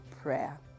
prayer